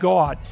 God